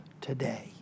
today